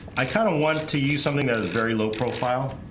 i? kind of want to use something that is very low-profile